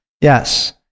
Yes